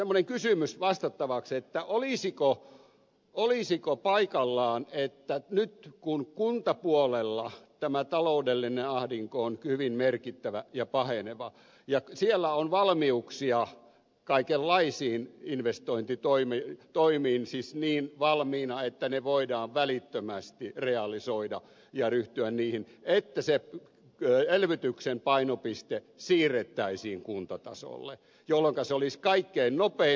semmoinen kysymys vastattavaksi olisiko paikallaan kun kuntapuolella tämä taloudellinen ahdinko on hyvin merkittävä ja paheneva ja siellä on valmiuksia kaikenlaisiin investointitoimiin siis niin valmiina että ne voidaan välittömästi realisoida ja ryhtyä niihin että nyt se elvytyksen painopiste siirrettäisiin kuntatasolle jolloinka se olisi kaikkein nopein